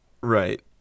Right